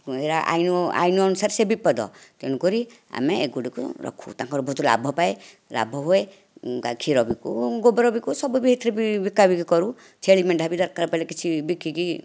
ସେରା ଆଇନ ଅନୁସାରେ ବିପଦ ତେଣୁ କରି ଆମେ ଏଗୁଡ଼ିକୁ ରଖୁ ତାଙ୍କର ବହୁତ ଲାଭ ପାଏ ଲାଭ ହୁଏ କ୍ଷୀର ବିକୁ ଗୋବର ବିକୁ ସବୁ ବି ଏଥିରେ ବିକାବିକି କରୁ ଛେଳି ମେଣ୍ଢା ବି ଦରକାର ପଡ଼ିଲେ କିଛି ବିକିକି